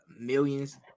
millions